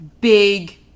big